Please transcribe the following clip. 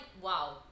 wow